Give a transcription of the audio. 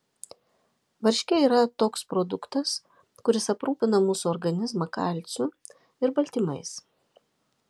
varškė yra toks produktas kuris aprūpina mūsų organizmą kalciu ir baltymais